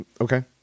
Okay